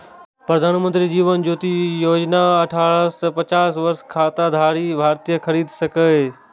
प्रधानमंत्री जीवन ज्योति बीमा योजना अठारह सं पचास वर्षक खाताधारी भारतीय खरीद सकैए